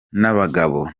n’abagabo